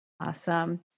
Awesome